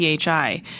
PHI